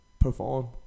perform